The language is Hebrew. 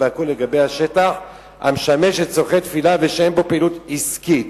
והכול לגבי השטח המשמש לצורכי תפילה ושאין בו פעילות עסקית.